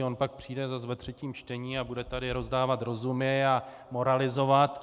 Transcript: On pak přijde zase ve třetím čtení a bude tady rozdávat rozumy a moralizovat.